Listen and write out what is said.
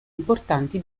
importanti